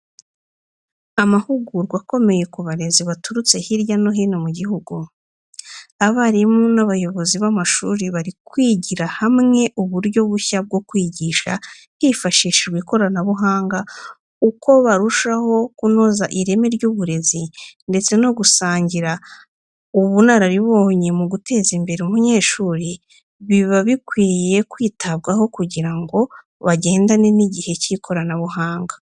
Amahugurwa akomeye ku barezi baturutse hirya no hino mu gihugu, abarimu n’abayobozi b’amashuri bari kwigira hamwe uburyo bushya bwo kwigisha hifashishijwe ikoranabuhanga, uko barushaho kunoza ireme ry’uburezi, ndetse no gusangira ubunararibonye mu guteza imbere umunyeshuri biba bikwiye kwitabwaho kugira ngo bagendane n'igihe cy'ikoranabuhanga.